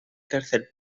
tercer